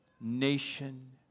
nation